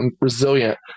resilient